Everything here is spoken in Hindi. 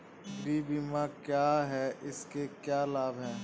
गृह बीमा क्या है इसके क्या लाभ हैं?